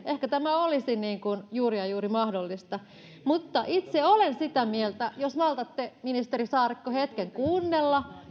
ehkä tämä olisi juuri ja juuri mahdollista mutta itse olen sitä mieltä jos maltatte ministeri saarikko hetken kuunnella